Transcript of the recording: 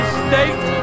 state